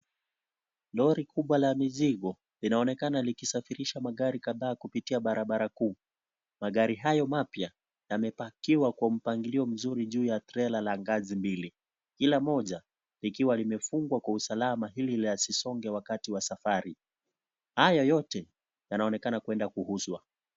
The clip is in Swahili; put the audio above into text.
Lori kubwa la mizigo, linaonekana likisafirisha magari kadhaa kupitia barabara kuu. Magari hayo mapya, yamepakiwa kwa mpangilio mzuri juu ya trela la ngazi mbili. Kila moja, likiwa limefungwa kwa usalama ili yasisonge wakati wa safari. Haya yote, yanaonekana kwenda kuuzwa.